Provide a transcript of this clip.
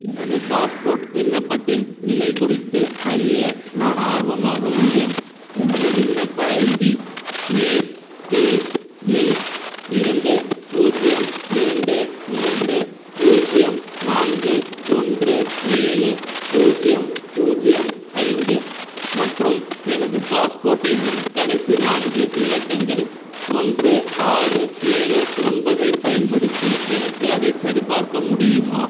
எனது பாஸ்போர்ட் விண்ணப்பத்தின் நிலை குறித்து அறிய நான் ஆர்வமாக உள்ளேன் எனது விண்ணப்ப ஐடி ஏ பி எல் இரண்டு பூஜ்ஜியம் இரண்டு மூன்று பூஜ்ஜியம் நான்கு ஒன்று ஏழு பூஜ்ஜியம் பூஜ்ஜியம் ஐந்து மற்றும் எனது பாஸ்போர்ட் எண்ணின் கடைசி நான்கு இலக்கங்கள் ஒன்று ஆறு ஏழு ஒன்பதைப் பயன்படுத்தி எனக்கு அதைச் சரிபார்க்க முடியுமா